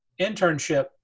internship